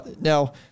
now